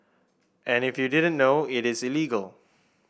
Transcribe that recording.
and if you didn't know it is illegal